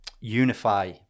unify